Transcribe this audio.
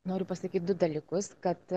noriu pasakyt du dalykus kad